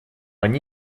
они